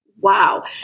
Wow